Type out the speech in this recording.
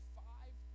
five